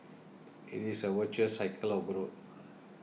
it is a virtuous cycle of growth